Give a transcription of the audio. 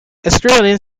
australian